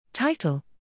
Title